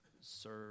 serve